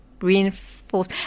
reinforce